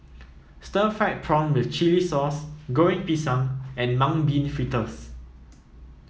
Stir Fried Prawn with Chili Sauce Goreng Pisang and Mung Bean Fritters